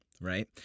right